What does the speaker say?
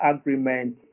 agreement